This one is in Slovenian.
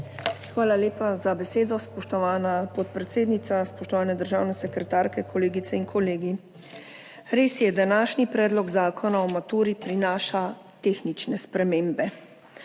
Hvala lepa za besedo, spoštovana podpredsednica. Spoštovane državne sekretarke, kolegice in kolegi! Res je, današnji predlog zakona o maturi prinaša tehnične spremembe,